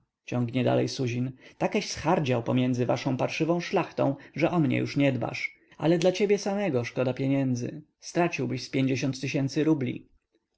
ciągnie dalej suzin takieś zhardział pomiędzy waszą parszywą szlachtą że o mnie już nie dbasz ale dla ciebie samego szkoda pieniędzy straciłbyś z rubli